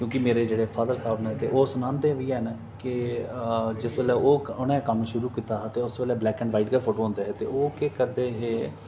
क्योंकि मेरे जेह्ड़े फादर साह्ब न ते ओह् सनांदे बी हैन के जिस बेल्लै ओह् उनें कम्म शुरू कीता हा ते उस बेल्लै ब्लैक एण्ड वाईट गै फोटो होंदे हे ते ओह् केह् करदे हे